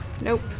Nope